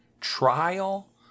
trial